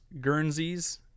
guernsey's